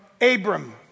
Abram